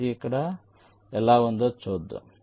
ఇది ఇక్కడ ఎలా ఉందో చూద్దాం